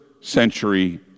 century